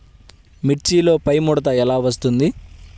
మిర్చిలో పైముడత ఎలా వస్తుంది?